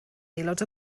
aelod